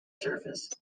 surface